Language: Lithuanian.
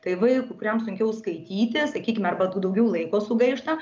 tai vaikui kuriam sunkiau skaityti sakykime arba daugiau laiko sugaišta